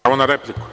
Pravo na repliku.